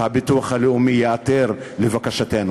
והביטוח הלאומי ייעתר לבקשתנו.